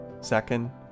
Second